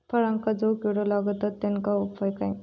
फळांका जो किडे लागतत तेनका उपाय काय?